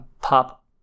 pop